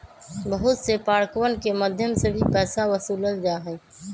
बहुत से पार्कवन के मध्यम से भी पैसा वसूल्ल जाहई